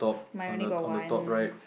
my only got one